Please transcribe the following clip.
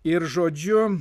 ir žodžiu